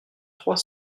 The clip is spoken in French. trois